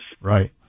Right